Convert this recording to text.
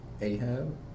Ahab